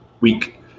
week